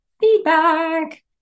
feedback